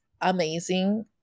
amazing